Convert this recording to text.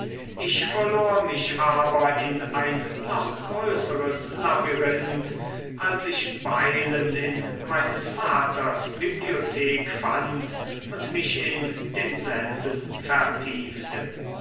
ich verlor mich aber in ein noch größeres labyrinth als ich baylen in meines vaters bibliothek fand und mich in denselben vertiefte